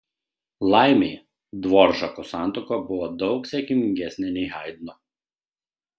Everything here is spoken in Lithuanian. laimei dvoržako santuoka buvo daug sėkmingesnė nei haidno